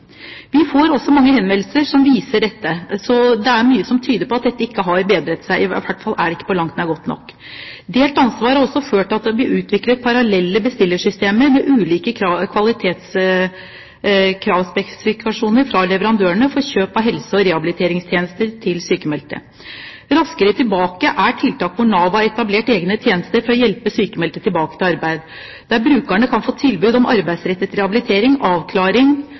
Vi får også mange henvendelser som viser dette, så det er mye som tyder på at dette ikke har bedret seg. I hvert fall er det ikke på langt nær godt nok. Delt ansvar har også ført til at det har blitt utviklet parallelle bestillersystemer, med ulike kravspesifikasjoner fra leverandørene for kjøp av helse- og rehabiliteringstjenester til sykmeldte. Raskere tilbake er tiltak hvor Nav har etablert egne tjenester for å hjelpe sykmeldte tilbake til arbeid, der brukerne kan få tilbud om arbeidsrettet rehabilitering, avklaring